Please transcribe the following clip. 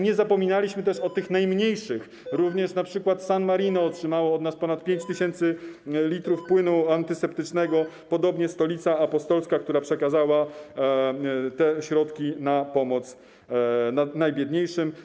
Nie zapominaliśmy też o tych najmniejszych - również np. San Marino otrzymało od nas ponad 5 tys. l płynu antyseptycznego, podobnie Stolica Apostolska, która przekazała te środki na pomoc najbiedniejszym.